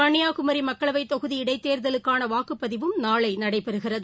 கன்னியாகுமரிமக்களவைத் தொகுதி இடைத்தேர்தலுக்கானவாக்குப்பதிவும் நாளைநடைபெறுகிறது